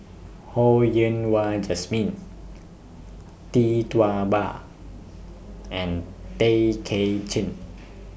Ho Yen Wah Jesmine Tee Tua Ba and Tay Kay Chin